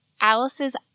Alice's